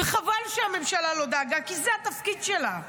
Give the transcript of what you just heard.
וחבל שהממשלה לא דאגה, כי זה התפקיד שלה,